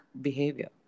behavior